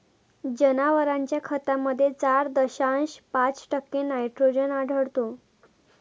जनावरांच्या खतामध्ये चार दशांश पाच टक्के नायट्रोजन आढळतो